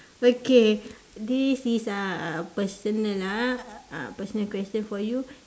okay this is uh a personal ah ah a personal question for you